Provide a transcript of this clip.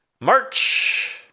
March